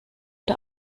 der